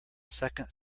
second